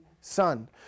son